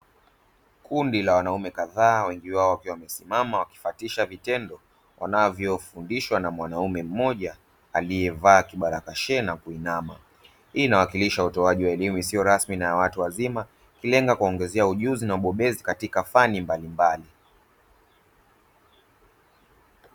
Kundi la wanaume kadhaa wengi wao wakiwa wamesimama wakifuata vitendo wanavyofundishwa na mwanaume mmoja aliyevaa kibarakashe na kuinama. Hii inawakilisha utoaji wa elimu isiyo rasmi na ya watu wazima, ikilenga kuwaongezea ujuzi na ubobezi katika fani mbalimbali.